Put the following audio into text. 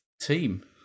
team